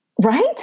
Right